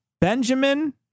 Benjamin